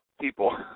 people